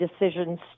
decisions